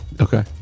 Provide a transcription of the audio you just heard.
Okay